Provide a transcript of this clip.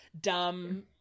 dumb